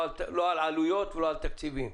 לא על עלויות ולא על תקציבים.